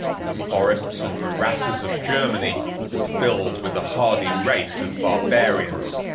the forests and morasses of germany were filled with a hardy race of barbarians,